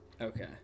okay